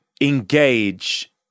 engage